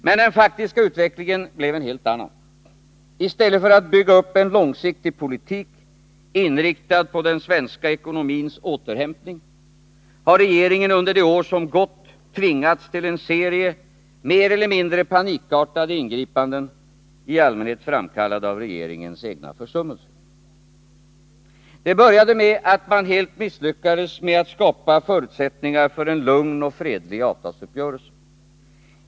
Men den faktiska utvecklingen blev en helt annan. I stället för att bygga upp en långsiktig politik, inriktad på den svenska ekonomins återhämtning, har regeringen under det år som gått tvingats till en serie mer eller mindre panikartade ingripanden, i allmänhet framkallade av regeringens egna försummelser. Det började med att man helt misslyckades med att skapa förutsättningar för en lugn och fredlig avtalsuppgörelse.